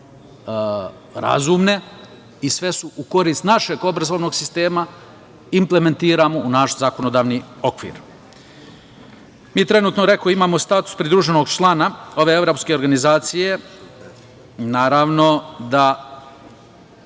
razumne i sve su u korist našeg obrazovnog sistema, implementiramo u naš zakonodavni okvir. Mi trenutno, kao što rekoh, imamo status pridruženog člana ove evropske organizacije. Naravno da